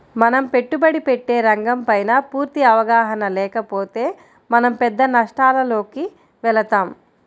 మనం పెట్టుబడి పెట్టే రంగంపైన పూర్తి అవగాహన లేకపోతే మనం పెద్ద నష్టాలలోకి వెళతాం